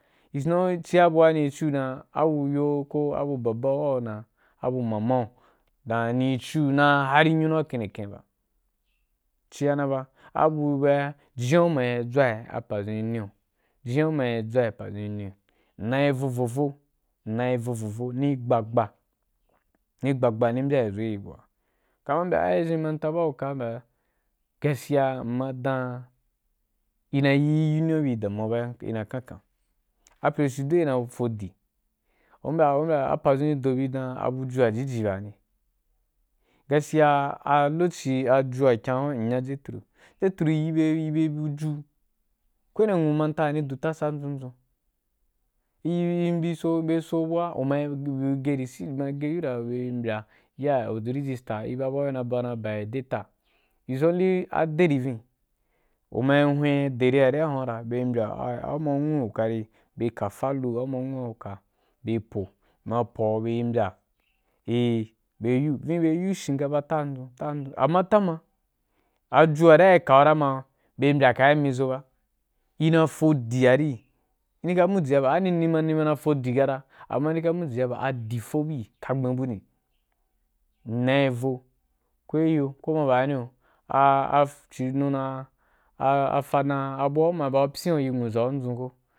Is now ciaya buawa nî rî ciu dan abu yo ko a bu ba bu’i ko a bu ma ma’u dan ni yi ci’u nah har nyunu a keneken ba, ciya na ba a ba b ye ‘a ji ji a u ma yi dʒwa í a pedua ri ya yî nne yon, jiji a uma yi djwaî a padʒun ri ne yon, m na yì vo vo vo m na yi vo vo vo nī gbagba ni gba gba ni mbya’i zo gi bye bu a ga ka man u mbya ai yi zhen manta ba uka mbya da gaskiya m’ ma dan ya, ina yi yi union búi damuwa ba ina yi kan kai a presioo na yi fo di, u mbya ba umbya a padʒun ri do bi rī dan a buju wa jiji ba ri, gaskiya a lokoci ajiu wa i kyan hyu n n nya jethro jethro n yi bye ri yi bye buju ko wani nwu manta ani du tasan dʒun dʒun ku yi be bi so bī so bu’a uma yi gye re si mna be re u dan u n bì mbya ya du register i ba buwa a i na yi ba gu dan biodata, is only a deri vin uma yi hwa a de ri hu wa ra bye ma mbya au nwu wa ì wukari bye ri ka file ama a nwu wa i uka bye ri ka file wari bye po, bye ma po wa bye ri mbya eevin bye yi’u bue ri yiu shukafa tan dʒun tan dʒun ama tama, aju wa’a ri i ka ra ma bye mbya kaimi zo ba, ina yī fo dī ari, ni ka muji ba fa an ni ma na fodi ari kata, amma ni ka myi ba, adi fo bui ka gben buni. Mna vo ko gi yo ko ma bani gi yo a a ci don dan, a fa dan a bu wa u ma ba pyi na u yi nwudʒaù andʒu ko.